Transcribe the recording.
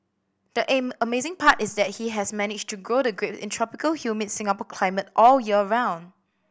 the aim amazing part is that he has managed to grow the grape in tropical humid Singapore climate all year round